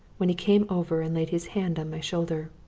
when he came over and laid his hand on my shoulder.